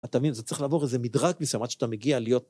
אתה מבין, זה צריך לעבור איזה מדרג מסוים עד שאתה מגיע להיות...